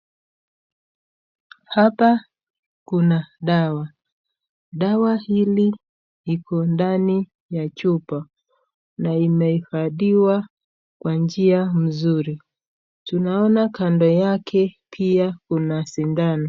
Hapa kuna dawa. Dawa hili liko ndani ya chupa na imehifadhiwa kwa njia nzuri. Tunaona kando yake pia kuna sindano.